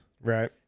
Right